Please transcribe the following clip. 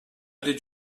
did